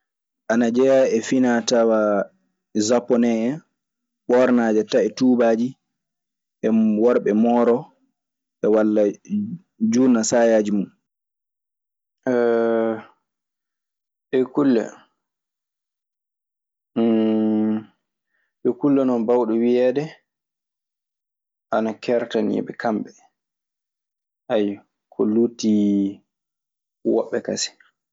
Anajea e fina tawa japonne hen, ɓornade taje tubaji, e worɓe mooro e wala juna sayaji mun. Sabii leydi fuu, al aada muuɗun e kulle goɗɗe ana ton, ɗee kaa kamɓe tan heettani hono golleeji duu, jonkaa, e neesuuji. Ɗee kulle, ɗe kulle non bawɗe wiyeede ana keertaniiɓe kamɓe. Ayyo. Ko luttii woɓɓe kasen.